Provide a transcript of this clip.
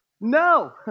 No